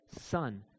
son